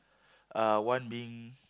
uh one being